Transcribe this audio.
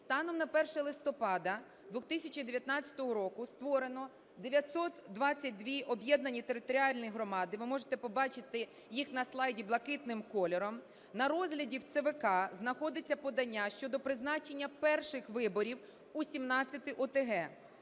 Станом на 1 листопада 2019 року створено 922 об'єднані територіальні громади. Ви можете побачити їх на слайді блакитним кольором. На розгляді в ЦВК знаходиться подання щодо призначення перших виборів у 17 ОТГ.